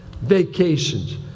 Vacations